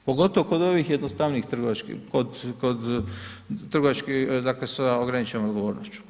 Pogotovo kod ovih jednostavnijih trgovačkih, kod trgovačkih, dakle, sa ograničenom odgovornošću.